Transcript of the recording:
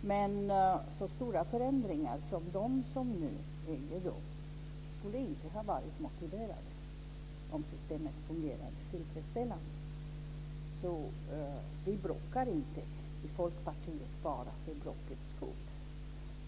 Men så stora förändringar som de som nu äger rum skulle inte ha varit motiverade om systemet fungerade tillfredsställande. Vi i Folkpartiet bråkar inte bara för bråkets skull.